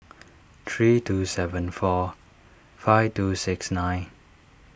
three two seven four five two six nine